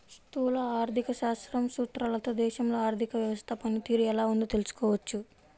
స్థూల ఆర్థిక శాస్త్రం సూత్రాలతో దేశంలో ఆర్థిక వ్యవస్థ పనితీరు ఎలా ఉందో తెలుసుకోవచ్చు